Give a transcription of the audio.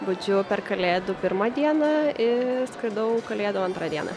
budžiu per kalėdų pirmą dieną ir skraidau kalėdų antrą dieną